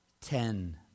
ten